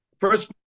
First